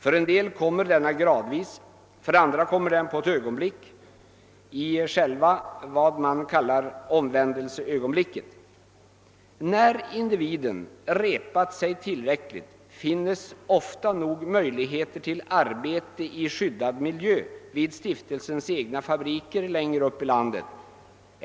För en del kommer denna gradvis, för andra kommer den på ett ögonblick, i själva vad man kallar omvändelseögonblicket ——— När individen repat sig tillräckligt, finnes ofta nog möjligheter till arbete i skyddad miljö vid Stiftelsens egna fabriker längre upp i landet.